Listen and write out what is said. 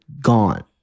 gone